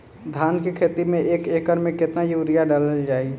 धान के खेती में एक एकड़ में केतना यूरिया डालल जाई?